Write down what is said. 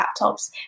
laptops